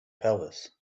pelvis